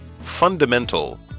Fundamental